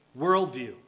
worldview